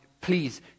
please